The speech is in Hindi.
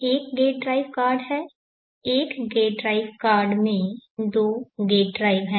यह गेट ड्राइव कार्ड है एक गेट ड्राइव कार्ड में 2 गेट ड्राइव हैं